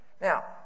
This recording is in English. Now